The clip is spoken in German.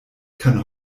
kann